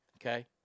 Okay